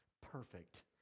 Perfect